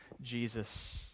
Jesus